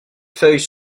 feuilles